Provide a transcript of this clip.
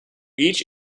each